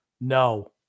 no